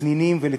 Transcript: לצנינים ולצחוק.